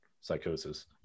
psychosis